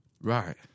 right